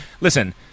Listen